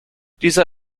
dieser